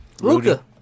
Luca